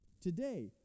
today